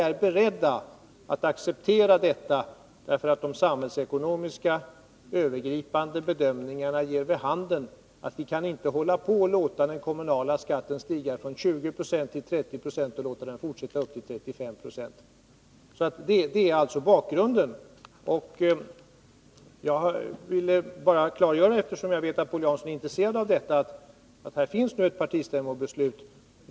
De var beredda att acceptera ett kommunalt skattestopp därför att de övergripande, samhällsekonomiska bedömningarna gav vid handen att man inte kan låta den kommunala skatten stiga från 20 90 till 30 26 och fortsätta upp mot 35 26. Det är bakgrunden. Eftersom jag vet att Paul Jansson är intresserad av detta vill jag bara klargöra att det nu finns ett partistämmobeslut på den här punkten.